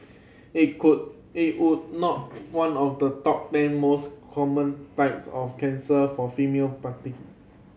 it could it was not one of the top ten most common types of cancer for female